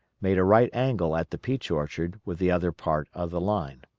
made a right angle at the peach orchard with the other part of the line,